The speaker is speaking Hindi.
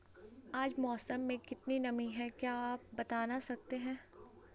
आज मौसम में कितनी नमी है क्या आप बताना सकते हैं?